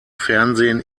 fernsehen